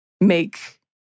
make